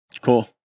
cool